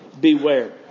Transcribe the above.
beware